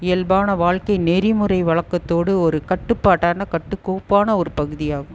இயல்பான வாழ்க்கை நெறிமுறை வழக்கத்தோடு ஒரு கட்டுப்பாட்டான கட்டுக்கோப்பான ஒரு பகுதியாகும்